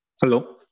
Hello